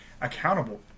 accountable